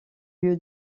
lieu